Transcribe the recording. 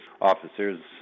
officers